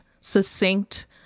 succinct